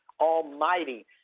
almighty